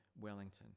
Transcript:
Wellington